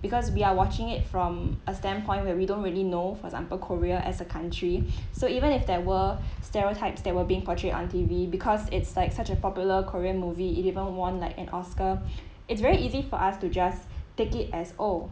because we are watching it from a standpoint where we don't really know for example korea as a country so even if there were stereotypes that were being portrayed on T_V because it's like such a popular korean movie it even won like an oscar it's very easy for us to just take it as oh